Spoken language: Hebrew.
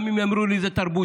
גם אם יאמרו לי שזה תרבותי,